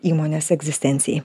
įmonės egzistencijai